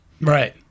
Right